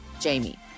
Jamie